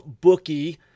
bookie